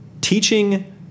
teaching